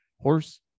horse